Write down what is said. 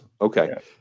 Okay